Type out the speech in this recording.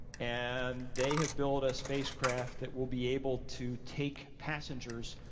and they have built a spacecraft that will be able to take passengers,